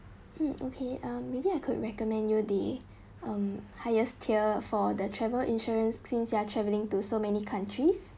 mm okay ah maybe I could recommend you the um highest tier for the travel insurance claims you are traveling to so many countries